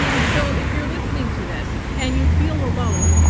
and so, if you're listening to this and you feel alone,